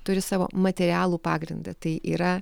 turi savo materialų pagrindą tai yra